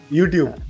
YouTube